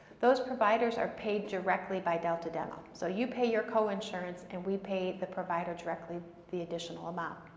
those providers are paid directly by delta dental, so you pay your coinsurance and we pay the provider directly the additional amount.